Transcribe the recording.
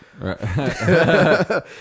Right